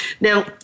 Now